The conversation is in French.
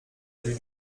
vue